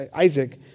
Isaac